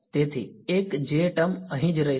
તેથી એક j term અહીં જ રહેશે